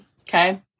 Okay